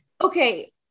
Okay